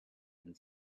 and